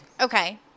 Okay